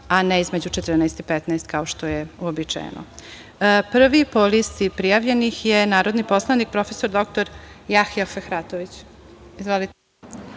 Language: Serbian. a ne između 14.00 i 15.00, kao što je uobičajeno. Prvi po listi prijavljenih je narodni poslanik prof. dr Jahja Fehratović. Izvolite.